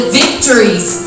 victories